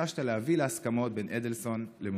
וביקשת להביא להסכמות בין אדלסון למוזס".